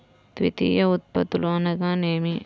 ద్వితీయ ఉత్పత్తులు అనగా నేమి?